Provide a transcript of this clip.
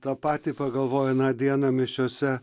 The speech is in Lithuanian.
tą patį pagalvojau aną dieną mišiose